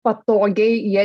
patogiai jie